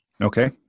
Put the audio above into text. Okay